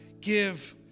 give